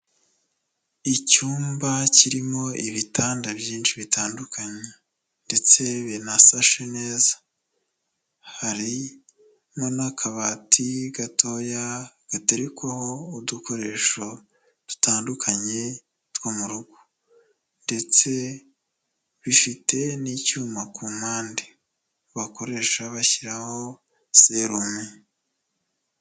Icyumba kirimo ibitanda byinshi bitandukanye ndetse binasashe neza, harimo n'akabati gatoya gaterekwaho udukoresho dutandukanye two mu rugo, ndetse bifite n'icyuma ku mpande bakoresha bashyiraho serume.